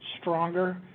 stronger